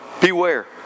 beware